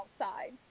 outside